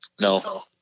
No